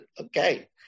okay